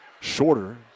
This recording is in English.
shorter